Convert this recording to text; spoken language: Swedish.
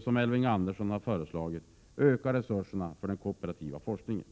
Som Elving Andersson föreslagit bör man också öka resurserna för den kooperativa forskningen.